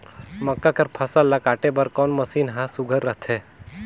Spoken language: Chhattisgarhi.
मक्का कर फसल ला काटे बर कोन मशीन ह सुघ्घर रथे?